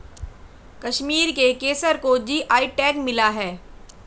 कश्मीर के केसर को जी.आई टैग मिला है